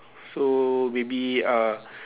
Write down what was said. so maybe uh